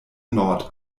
nord